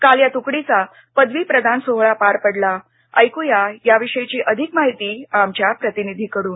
काल या तुकडीचा पदवीप्रदान सोहळा पार पडला ऐकुया याविषयीची अधिक माहिती आमच्या प्रतिनिधींकडून